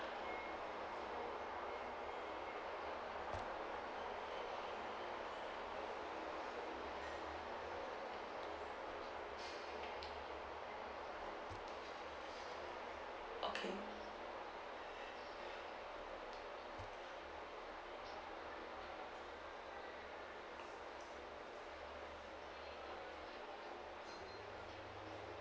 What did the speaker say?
okay